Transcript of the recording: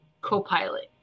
co-pilot